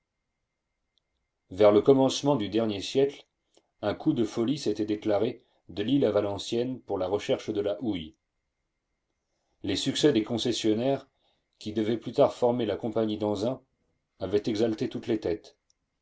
vers le commencement du dernier siècle un coup de folie s'était déclaré de lille à valenciennes pour la recherche de la houille les succès des concessionnaires qui devaient plus tard former la compagnie d'anzin avaient exalté toutes les têtes